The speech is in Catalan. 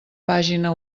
pàgina